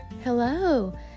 Hello